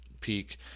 peak